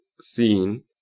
scene